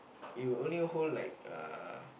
it will only hold like uh